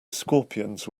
scorpions